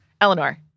Eleanor